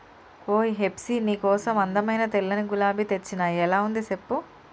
ఓయ్ హెప్సీ నీ కోసం అందమైన తెల్లని గులాబీ తెచ్చిన ఎలా ఉంది సెప్పు